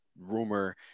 rumor